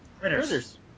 Critters